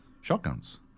shotguns